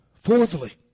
Fourthly